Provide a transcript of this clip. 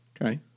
Okay